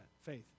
faith